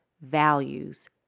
values